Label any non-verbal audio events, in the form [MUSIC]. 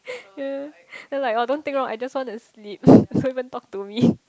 ya then like oh don't think orh I just want to sleep [LAUGHS] don't even talk to me [BREATH]